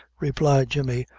replied jemmy,